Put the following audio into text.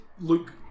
look